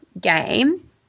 game